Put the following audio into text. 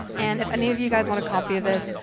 and if any of you guys want a copy of this,